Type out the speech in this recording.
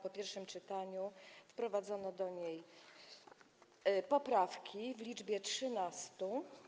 Po pierwszym czytaniu wprowadzono do niej poprawki w liczbie 13.